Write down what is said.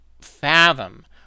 fathom